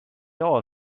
all